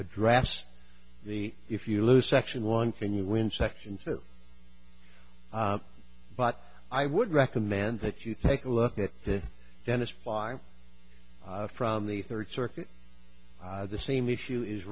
address the if you lose section one thing when section five but i would recommend that you take a look at the dentist fly from the third circuit the same issue is